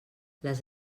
les